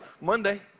Monday